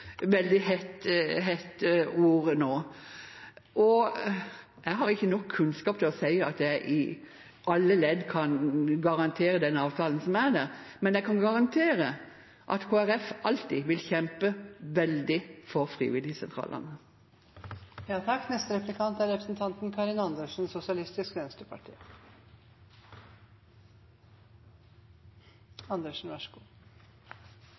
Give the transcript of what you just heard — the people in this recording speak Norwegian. ord nå. Jeg har ikke nok kunnskap til å si at jeg i alle ledd kan garantere den avtalen som er der, men jeg kan garantere at Kristelig Folkeparti alltid vil kjempe veldig for frivilligsentralene. Jeg vil takke representanten